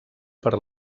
per